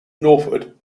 northwood